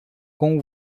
com